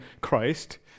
Christ